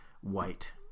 white